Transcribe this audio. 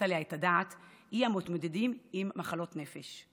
עליה את הדעת היא המתמודדים עם מחלות נפש.